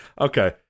okay